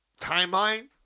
timeline